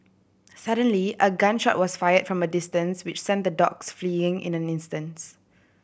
suddenly a gun shot was fire from a distance which sent the dogs fleeing in an instants